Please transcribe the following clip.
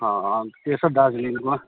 अँ अँ के छ दार्जिलिङमा